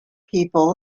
people